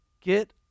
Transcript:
get